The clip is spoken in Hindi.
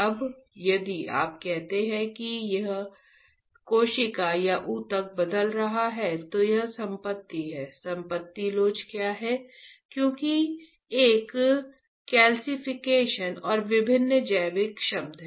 अब यदि आप कहते हैं कि एक कोशिका या ऊतक बदल रहा है तो यह संपत्ति है संपत्ति लोच क्या है क्यों कि एक कैल्सीफिकेशन और विभिन्न जैविक शब्द हैं